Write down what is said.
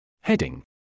Heading